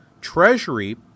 Treasury